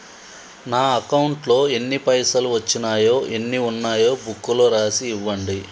నా అకౌంట్లో ఎన్ని పైసలు వచ్చినాయో ఎన్ని ఉన్నాయో బుక్ లో రాసి ఇవ్వండి?